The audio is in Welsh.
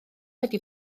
wedi